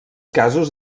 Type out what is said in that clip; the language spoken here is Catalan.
casos